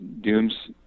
dooms